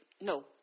No